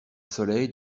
soleil